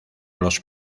los